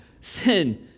sin